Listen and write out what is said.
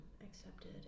accepted